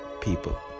people